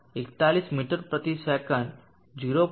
41 metre પ્રતિ second 0